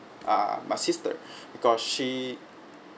ah my sister because she